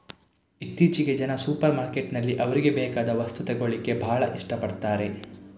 ಇತ್ತೀಚೆಗೆ ಜನ ಸೂಪರ್ ಮಾರ್ಕೆಟಿನಲ್ಲಿ ಅವ್ರಿಗೆ ಬೇಕಾದ ವಸ್ತು ತಗೊಳ್ಳಿಕ್ಕೆ ಭಾಳ ಇಷ್ಟ ಪಡ್ತಾರೆ